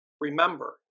remember